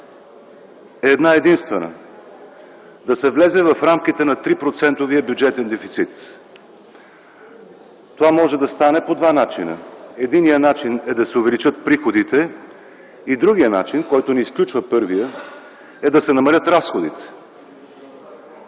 е една-единствена: да се влезе в рамките на 3-процентния бюджетен дефицит. Това може да стане по два начина. Единият начин е да се увеличат приходите, другият начин, който не изключва първия, е да се намалят разходите.